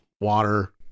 water